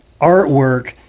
artwork